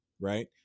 Right